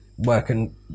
working